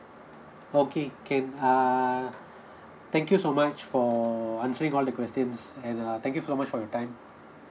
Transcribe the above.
okay can uh thank you so much for answering all the questions and uh thank you so much for your time